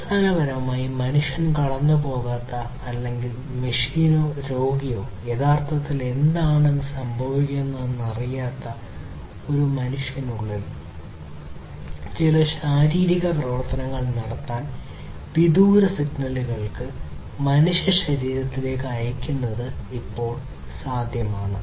അടിസ്ഥാനപരമായി മനുഷ്യൻ കടന്നുപോകാതെ അല്ലെങ്കിൽ മനുഷ്യനോ രോഗിയോ യഥാർത്ഥത്തിൽ എന്താണ് സംഭവിക്കുന്നതെന്ന് അറിയാതെ ഒരു മനുഷ്യനുള്ളിൽ ചില ശാരീരിക പ്രവർത്തനങ്ങൾ നടത്താൻ വിദൂര സിഗ്നലുകൾ മനുഷ്യശരീരത്തിലേക്ക് അയയ്ക്കുന്നത് ഇപ്പോൾ സാധ്യമാണ്